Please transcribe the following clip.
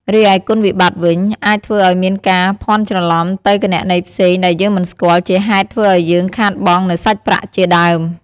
រីឯគុណវិបត្តិវិញ អាចធ្វើឲ្យមានការភាន់ច្រឡំទៅគណនីផ្សេងដែលយើងមិនស្គាល់ជាហេតុធ្វើឲ្យយើងខាតបង់នៅសាច់ប្រាក់ជាដើម។